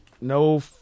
no